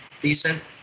decent